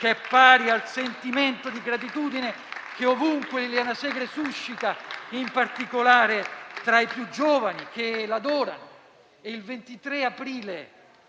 che è pari al sentimento di gratitudine che ovunque Liliana Segre suscita, in particolare tra i più giovani che la adorano. Il 23 aprile